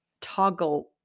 toggle